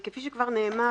כפי שכבר נאמר,